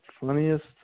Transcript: Funniest